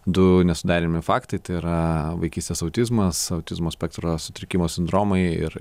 du nesuderinami faktai tai yra vaikystės autizmas autizmo spektro sutrikimo sindromai ir